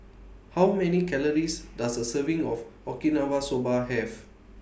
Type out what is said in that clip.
How Many Calories Does A Serving of Okinawa Soba Have